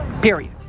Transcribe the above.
period